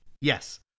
Yes